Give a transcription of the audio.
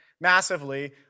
massively